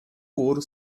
ouro